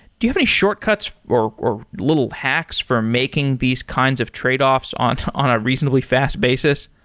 do you have any shortcuts or or little hacks for making these kinds of trade-offs on on a reasonably fast basis?